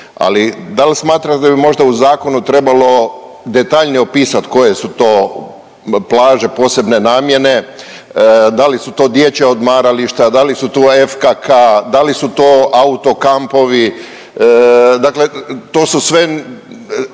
Ali da li smatrate da bi možda u zakonu trebalo detaljnije opisati koje su to plaže posebne namjene. Da li su to dječja odmarališta, da li su tu FKK, da li su to auto kampovi. Dakle, to su sve